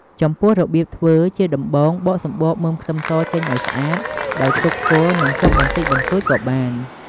ចំពោះ របៀបធ្វើជាដំបូងបកសំបកមើមខ្ទឹមសចេញឱ្យស្អាត ដោយទុកគល់ និងចុងបន្តិចបន្តួចក៏បាន។